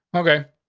okay,